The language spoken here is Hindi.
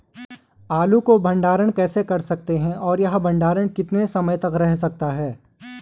आलू को भंडारण कैसे कर सकते हैं और यह भंडारण में कितने समय तक रह सकता है?